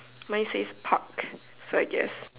mine says park so I guess